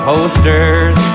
posters